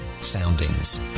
Soundings